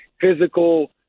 physical